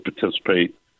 participate